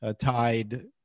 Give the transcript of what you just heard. tied